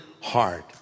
hard